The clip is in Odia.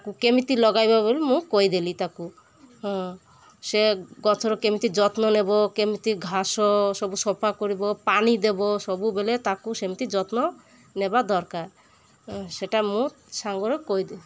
ତାକୁ କେମିତି ଲଗାଇବା ମୁଁ କହିଦେଲି ତାକୁ ସେ ଗଛର କେମିତି ଯତ୍ନ ନେବ କେମିତି ଘାସ ସବୁ ସଫା କରିବ ପାଣି ଦେବ ସବୁବେଳେ ତାକୁ ସେମିତି ଯତ୍ନ ନେବା ଦରକାର ସେଟା ମୁଁ ସାଙ୍ଗରେ କହି